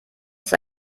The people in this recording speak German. ist